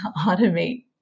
automate